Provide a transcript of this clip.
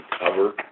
cover